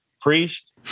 priest